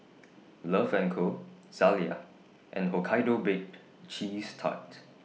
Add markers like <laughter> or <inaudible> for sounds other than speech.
<noise> Love and Co Zalia and Hokkaido Baked Cheese Tart